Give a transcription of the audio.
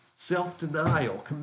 self-denial